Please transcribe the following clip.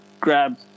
grab